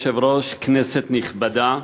אדוני היושב-ראש, כנסת נכבדה,